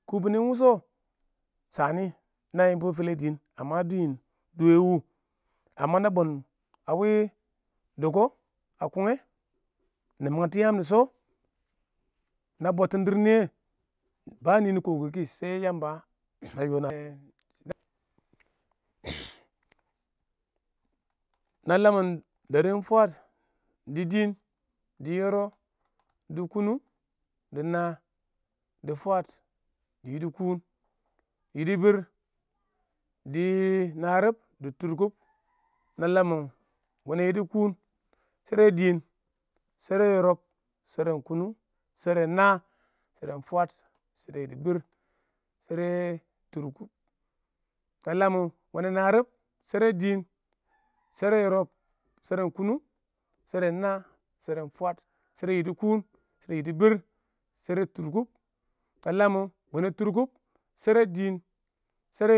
kubini iɪng wʊshɛ shanɪ na yɪmbɔ kɔn na yɪmbɔ dʊ wɛ wʊ na bom a wɪɪn diks a kunge nɪ mangtɔ yaam dɪ sha na bultin dɪrr niyɛ ba nɪ kʊ kʊ wɪɪn kɪ shɛ Yamba na lamɪn fwaas dɪ dɪɪn, dɪ yɪrɪb dɪ kʊnʊng dɪ naa dɪ fwaad dɪ yidi kuun dɪ yidi biir dɪ harib dɪ tʊrkʊb na lamɪn wene yidi kuun shɪdo dɪɪn shera yɪrɪb shara kʊnʊng sheren naa sheren fwaad shera yidi kuun shɪdo narɪb shɛrɛ tʊrkʊb na lamɪn wene narɪb shara dɪɪn shara yib sheran kʊnʊng sheran naa sharan fweed shara yidi kuun shera yidi biir shera tʊrkʊb na lamɪn wena tʊrkʊb shara dɪɪn